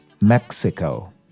Mexico